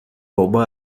بابا